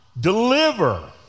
deliver